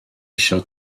eisiau